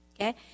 Okay